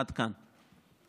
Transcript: עד כאן.